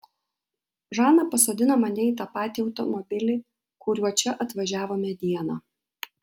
žana pasodino mane į tą patį automobilį kuriuo čia atvažiavome dieną